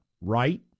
Right